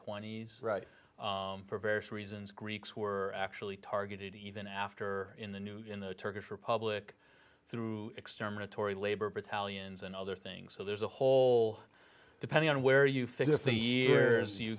twenty s right for various reasons greeks were actually targeted even after in the new in the turkish republic through xterm retore labor battalions and other things so there's a whole depending on where you think is the years you